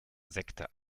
sekte